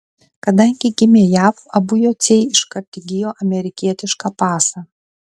kadangi gimė jav abu jociai iškart įgijo amerikietišką pasą